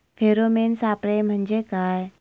Pheromone सापळे म्हंजे काय?